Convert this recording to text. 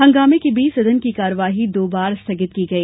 हंगामें के बीच सदन की कार्यवाही दो बार स्थगित भी की गई